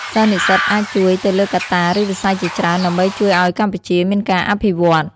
សិស្សនិស្សិតអាចជួយទៅលើកត្តា ឬវិស័យជាច្រើនដើម្បីជួយឲ្យកម្ពុជាមានការអភិវឌ្ឍន៍។